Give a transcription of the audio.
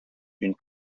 une